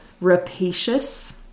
rapacious